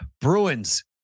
Bruins